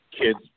kids